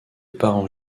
parents